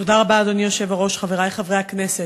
אדוני היושב-ראש, תודה רבה, חברי חברי הכנסת,